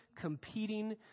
competing